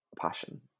passion